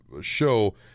show